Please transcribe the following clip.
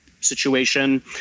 situation